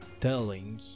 telling